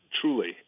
truly